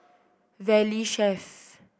Valley Chef